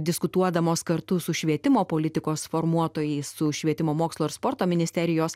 diskutuodamos kartu su švietimo politikos formuotojais su švietimo mokslo ir sporto ministerijos